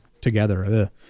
together